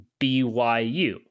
BYU